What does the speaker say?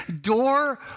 door